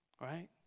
right